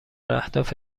اهداف